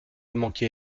manquez